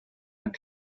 and